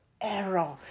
error